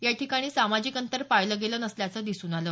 याठिकाणी सामाजिक अंतर पाळलं गेलं नसल्याचं दिसून आलं